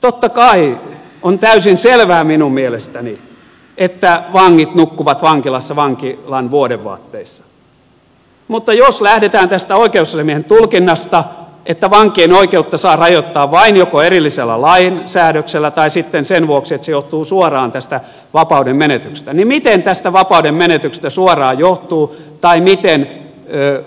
totta kai on täysin selvää minun mielestäni että vangit nukkuvat vankilassa vankilan vuodevaatteissa mutta jos lähdetään tästä oikeusasiamiehen tulkinnasta että vankien oikeutta saa rajoittaa vain joko erillisellä lainsäädöksellä tai sitten sen vuoksi että se johtuu suoraan tästä vapauden menetyksestä niin miten tästä vapauden menetyksestä suoraan johtuu tai miten